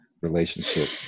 relationship